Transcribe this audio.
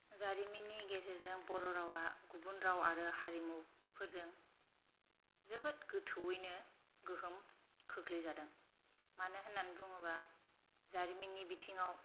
जारिमिननि गेजेरजों बर' रावआ गुबुन राव आरो हारिमुफोरजों जोबोद गोथौयैनो गोहोम खोख्लैजादों मानो होननानै बुङोब्ला जारिमिननि बिथिङाव